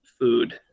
food